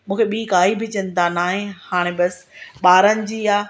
मूंखे ॿी काई बि चिंता न आहे हाणे बसि ॿारनि जी आहे